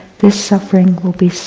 this suffering will be